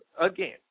Again